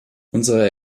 unsere